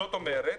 זאת אומרת,